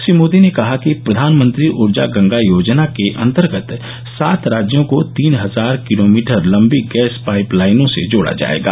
श्री मोदी ने कहा कि प्रषानमंत्री रूर्जा गंगा योजना के अंतर्गत सात राज्यों को तीन हजार किलोमीटर लंबी गैस पाइप लाइनों से जोड़ा जाएगा